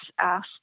asked